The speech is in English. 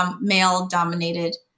male-dominated